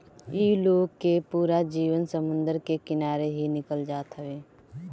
इ लोग के पूरा जीवन समुंदर के किनारे ही निकल जात हवे